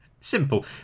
simple